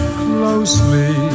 closely